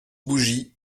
bougies